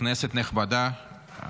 כנסת נכבדה,